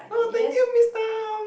oh thank you Miss Tham